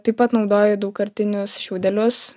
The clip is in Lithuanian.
taip pat naudoju daugkartinius šiaudelius